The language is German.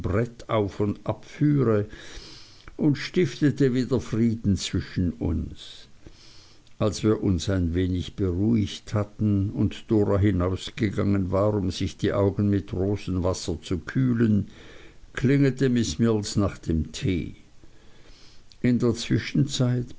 und abführe und stiftete wieder frieden zwischen uns als wir uns ein wenig beruhigt hatten und dora hinausgegangen war um sich die augen mit rosenwasser zu kühlen klingelte miß mills nach dem tee in der zwischenzeit